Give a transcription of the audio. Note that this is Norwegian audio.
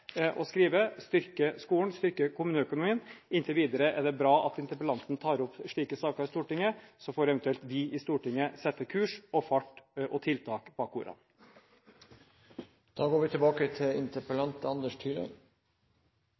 skrive, styrke skolen, styrke kommuneøkonomien. Inntil videre er det bra at interpellanten tar opp slike saker i Stortinget. Så får eventuelt de i Stortinget sette kurs og fart og tiltak